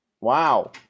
Wow